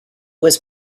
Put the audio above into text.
was